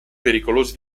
pericolosi